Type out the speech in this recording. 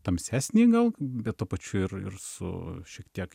tamsesnį gal bet tuo pačiu ir ir su šiek tiek